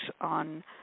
on